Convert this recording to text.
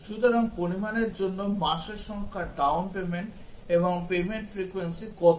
সুতরাং পরিমাণের জন্য মাসের সংখ্যা ডাউন পেমেন্ট এবং পেমেন্ট ফ্রিকোয়েন্সি কত